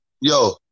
Yo